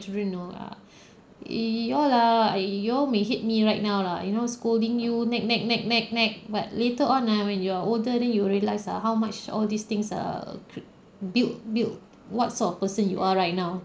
children know lah you all ah you all may hate me right now lah you know scolding you nag nag nag nag nag but later on ah when you're older then you will realize ah how much all these things are create built built what sort of person you are right now